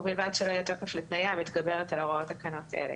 ובלבד שלא יהיה תוקף לתניה המתגברת על הוראות תקנות אלה.